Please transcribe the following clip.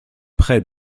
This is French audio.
prêt